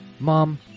Mom